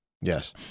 Yes